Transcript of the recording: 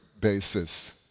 basis